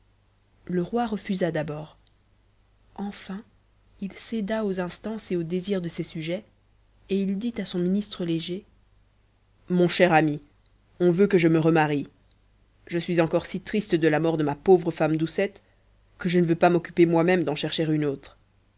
le roi refusa d'abord enfin il céda aux instances et aux désirs de ses sujets et il dit à son ministre léger mon cher ami on veut que je me remarie je suis encore si triste de la mort de ma pauvre femme doucette que je ne veux pas m'occuper moi-même d'en chercher une autre